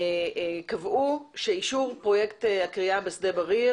קבעו שאישור פרויקט הכרייה בשדה בריר